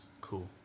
cool